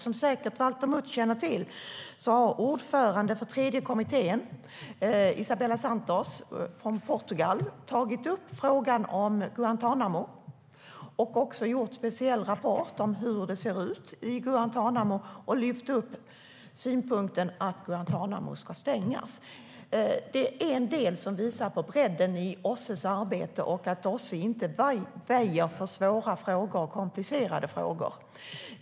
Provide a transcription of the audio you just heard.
Som säkert Valter Mutt känner till har ordföranden för tredje kommittén - Isabel Santos från Portugal - tagit upp frågan om Guantánamo och också gjort en speciell rapport om hur det ser ut i Guantánamo. Den har lyft upp synpunkten att Guantánamo ska stängas. Det är en del som visar på bredden i OSSE:s arbete och att OSSE inte väjer för svåra och komplicerade frågor.